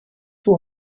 two